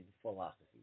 philosophy